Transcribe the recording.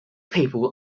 people